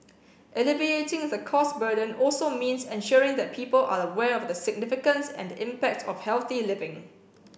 alleviating the cost burden also means ensuring that people are aware of the significance and impact of healthy living